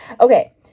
Okay